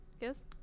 Yes